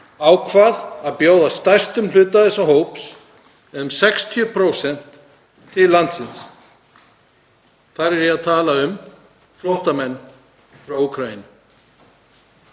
ákvað að bjóða stærstum hluta þessa hóps, um 60%, til landsins. Þar er ég að tala um flóttamenn frá Úkraínu.